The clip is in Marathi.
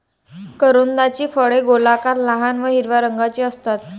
करोंदाची फळे गोलाकार, लहान व हिरव्या रंगाची असतात